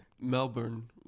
Melbourne